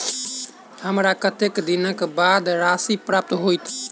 हमरा कत्तेक दिनक बाद राशि प्राप्त होइत?